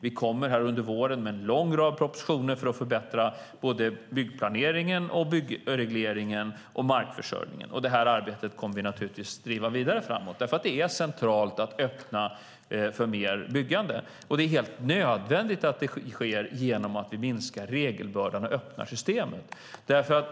Vi kommer under våren med en lång rad propositioner för att förbättra både byggplaneringen, byggregleringen och markförsörjningen. Det här arbetet kommer vi naturligtvis att driva vidare framåt, eftersom det är centralt att öppna för mer byggande, och det är helt nödvändigt att det sker genom att vi minskar regelbördan och öppnar systemen.